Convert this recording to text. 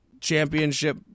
championship